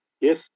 Yes